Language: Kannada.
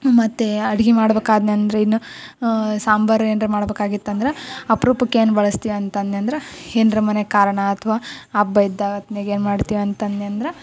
ಮತ್ತೆ ಅಡುಗೆ ಮಾಡ್ಬೇಕಾದೆನಂದ್ರ ಇನ್ನೂ ಸಾಂಬಾರ್ ಏನರ ಮಾಡ್ಬೇಕಾಗಿತ್ತಂದ್ರ ಅಪ್ರೂಪಕ್ಕೆ ಏನು ಬಳಸ್ತೀವಿ ಅಂತ ಅಂದೆನಂದ್ರ ಏನ್ರ ಮನೆಯಾಗ್ ಕಾರಣ ಅಥ್ವಾ ಹಬ್ಬ ಇದ್ದ ಹೊತ್ತಿನಾಗ್ ಏನು ಮಾಡ್ತೀವಿ ಅಂತ ಅಂದೆನಂದ್ರ